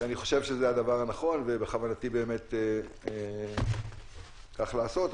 חושב שזה הדבר הנכון, ובכוונתי באמת כך לעשות.